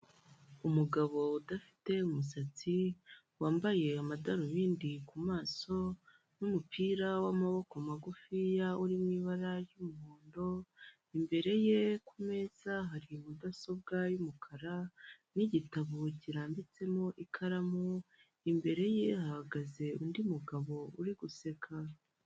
Umugabo udafite umusatsi, wambaye amadarubindi ku maso n'umupira w'amaboko magufiya uri mu ibara ry'umuhondo, imbere ye ku meza hari mudasobwa y'umukara n'igitabo kirambitsemo ikaramu, imbere ye hahagaze undi mugabo uri guseka.